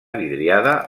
vidriada